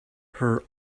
her